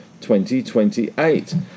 2028